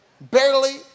barely